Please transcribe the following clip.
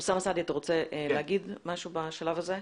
אוסאמה סעדי, אתה רוצה להגיד משהו בשלב הזה?